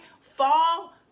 fall